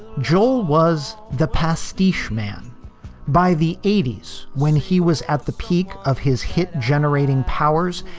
joel was the pastiche man by the eighty s when he was at the peak of his hit generating powers.